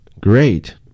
Great